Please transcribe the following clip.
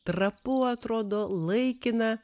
trapu atrodo laikina